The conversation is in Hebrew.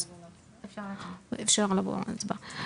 אפשר לעבור להצבעה.